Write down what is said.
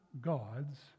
God's